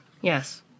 Yes